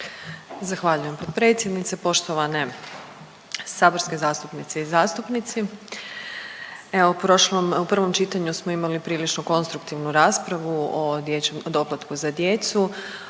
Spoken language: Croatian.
Zahvaljujem potpredsjednice. Poštovane saborske zastupnice i zastupnici, evo u prošlom, u prvom čitanju smo imali prilično konstruktivnu raspravu o dječjem doplatku za djecu,